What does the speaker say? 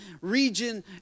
region